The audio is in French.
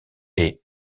est